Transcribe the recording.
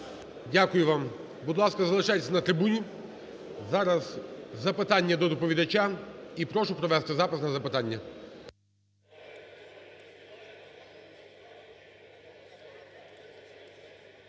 Дякую вам. Будь ласка, залишайтесь на трибуні. Зараз запитання до доповідача, і прошу провести запис на запитання.